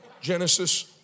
Genesis